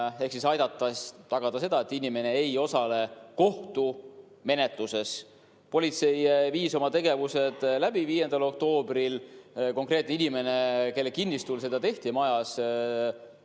ehk siis aidata tagada seda, et inimene ei osale kohtumenetluses. Politsei viis oma tegevused läbi 5. oktoobril. Konkreetne inimene, kelle kinnistul olevas majas